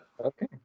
Okay